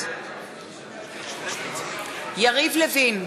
יריב לוין,